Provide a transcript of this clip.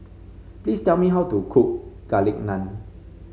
please tell me how to cook Garlic Naan